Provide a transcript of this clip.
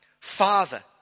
Father